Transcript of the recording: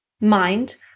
mind